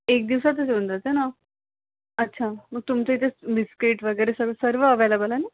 एक दिवसातच येऊन जातं ना अच्छा मग तुमच्या इथे बिस्किट वगैरे सगळं सर्व अवेलेबल आहे